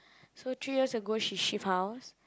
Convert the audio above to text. so three years ago she shift house